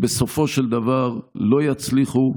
בסופו של דבר לא יצליחו,